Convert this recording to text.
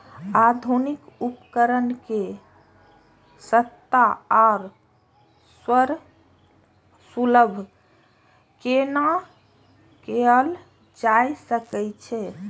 आधुनिक उपकण के सस्ता आर सर्वसुलभ केना कैयल जाए सकेछ?